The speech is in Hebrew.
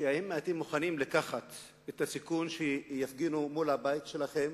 אם הם מוכנים לקחת את הסיכון שיפגינו מול הבית שלהם